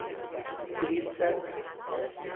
please sir